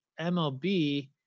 MLB